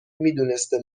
میدونسته